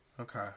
Okay